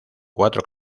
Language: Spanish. cuatro